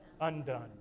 undone